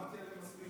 למדתי עליהם מספיק